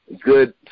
good